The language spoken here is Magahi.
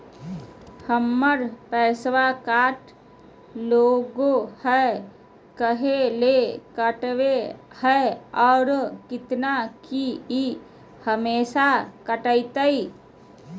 हमर पैसा कट गेलै हैं, काहे ले काटले है और कितना, की ई हमेसा कटतय?